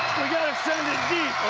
send it deep,